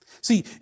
See